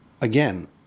again